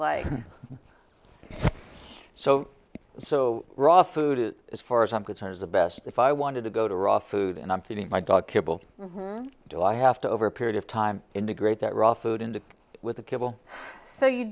like so so raw food as far as i'm concerned is the best if i wanted to go to raw food and i'm feeding my dog kibble to do i have to over a period of time integrate that raw food into with